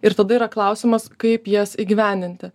ir tada yra klausimas kaip jas įgyvendinti